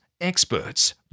experts